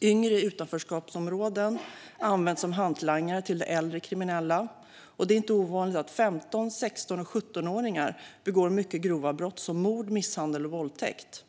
Yngre i utanförskapsområden används som hantlangare till äldre kriminella, och det är inte ovanligt att 15, 16 och 17-åringar begår mycket grova brott som mord, misshandel och våldtäkt.